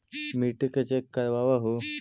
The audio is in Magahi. मिट्टीया के चेक करबाबहू?